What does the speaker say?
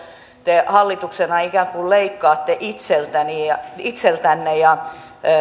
te hallituksena ikään kuin leikkaatte itseltänne ja itseltänne ja te